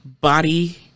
body